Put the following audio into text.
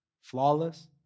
flawless